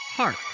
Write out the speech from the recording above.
Hark